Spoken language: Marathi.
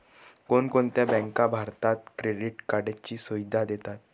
कोणकोणत्या बँका भारतात क्रेडिट कार्डची सुविधा देतात?